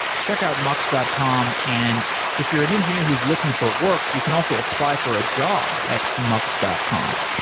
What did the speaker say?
check out mux dot com and if you're an engineer who is looking for work, you can also apply for a job at mux dot com.